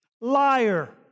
Liar